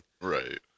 Right